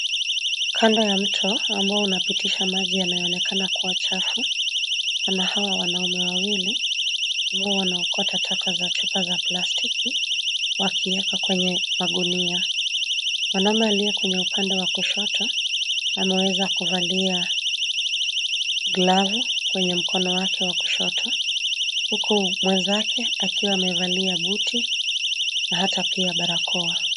Kando ya mto ambao unapitisha maji yanaonekana kuwa chafu, pana hawa wanaume wawili ambao wanaokota taka za chupa za plastiki wakieka kwenye magunia. Mwanaume aliye kwenye upande wa kushoto ameweza kuvalia glavu kwenye mkono wake wa kushoto, huku mwenzake akiwa amevalia buti na hata pia barakoa.